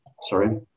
Sorry